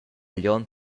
glion